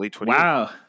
wow